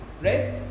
right